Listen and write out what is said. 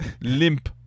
limp